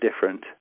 different